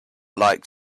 like